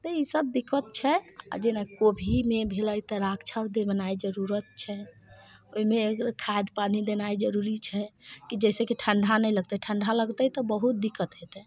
तऽ इसभ दिक्कत छै आ जेना कोबीमे भेलै तऽ रक्षा बनाइ देने जरूरी छै ओहिमे खाद पानि देनाइ जरूरी छै कि जाहि सॅं कि ठंडा नहि लगते ठंडा लगते तऽ बहुत दिक्कत हेतै